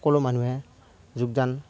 সকলো মানুহে যোগদান